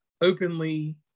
openly